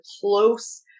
close